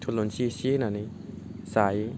थुलुंसि इसे होन्नानै जायो